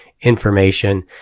information